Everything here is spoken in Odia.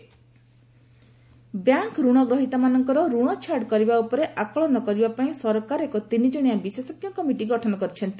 ବ୍ୟାଙ୍କ ବରୋ ବ୍ୟାଙ୍କ ଋଣ ଗ୍ରହୀତାମାନଙ୍କର ଋଣ ଛାଡ଼ କରିବା ଉପରେ ଆକଳନ କରିବା ପାଇଁ ସରକାର ଏକ ତିନିଜଣିଆ ବିଶେଷଜ୍ଞ କମିଟି ଗଠନ କରିଛନ୍ତି